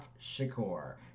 Shakur